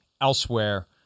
elsewhere